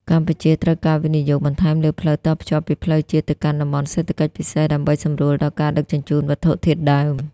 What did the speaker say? កម្ពុជាត្រូវការវិនិយោគបន្ថែមលើផ្លូវតភ្ជាប់ពីផ្លូវជាតិ ទៅកាន់តំបន់សេដ្ឋកិច្ចពិសេស ដើម្បីសម្រួលដល់ការដឹកជញ្ជូនវត្ថុធាតុដើម។